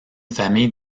famille